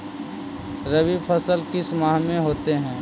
रवि फसल किस माह में होते हैं?